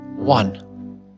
One